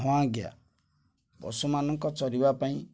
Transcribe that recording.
ହଁ ଆଜ୍ଞା ପଶୁମାନଙ୍କ ଚରିବା ପାଇଁ